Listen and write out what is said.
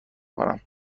کنم